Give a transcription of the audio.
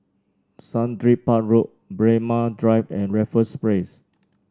Sundridge Park Road Braemar Drive and Raffles Place